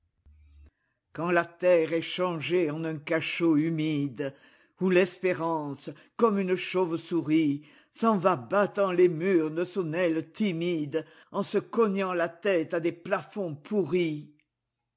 quand la terre est changée en un cachot humide où l'espérance comme une chauve-souris s'en va battant les murs de son aile timideet se cognant la tête à des plafonds pourris